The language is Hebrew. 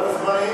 אתה מתפטר,